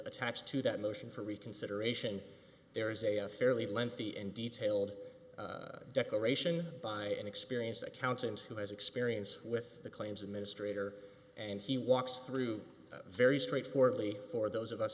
attached to that motion for reconsideration there is a fairly lengthy and detailed declaration by an experienced accountant who has experience with the claims administrator and he walks through very straightforwardly for those of us